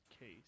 case